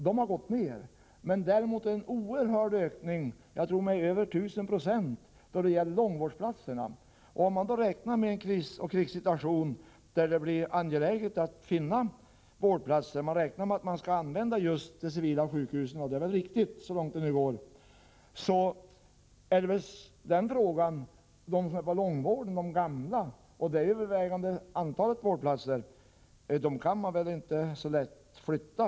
Det har däremot skett en oerhörd ökning, jag tror med över 1000 96, vad gäller antalet långvårdsplatser. I en krigssituation, där man räknar med att så långt möjligt använda de civila sjukhusen — och det är väl en riktig tanke — är det då till övervägande del långvårdsplatser som står till förfogande, och de gamla och andra som vårdas på dessa kan man inte så lätt flytta.